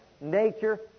nature